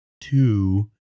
Two